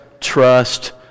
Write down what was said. trust